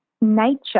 nature